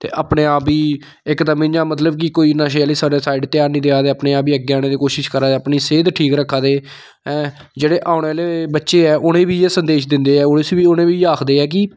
ते अपने आप गी इकदम इ'यां मतलब कि कोई नशे आह्ली साइड ध्यान निं देआ दे अपने आप गी अग्गै आने दी कोशश करा दे अपनी सेह्त ठीक रक्खा दे ऐं जेह्ड़े औने आह्ले बच्चे ऐ उ'नें गी बी इ'यै संदेश दिंदे ऐ उ'नें गी बी इ'यै आखदे ऐ कि